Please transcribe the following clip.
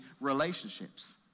Relationships